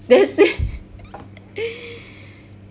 they say